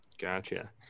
gotcha